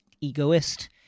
egoist